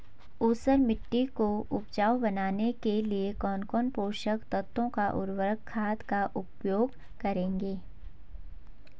ऊसर मिट्टी को उपजाऊ बनाने के लिए कौन कौन पोषक तत्वों व उर्वरक खाद का उपयोग करेंगे?